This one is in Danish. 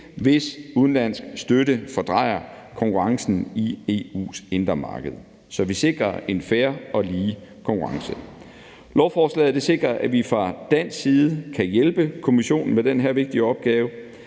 hvis udenlandsk støtte fordrejer konkurrencen i EU's indre marked, så vi sikrer en fair og lige konkurrence. Lovforslaget sikrer, at vi fra dansk side kan hjælpe Kommissionen med den her vigtige opgave.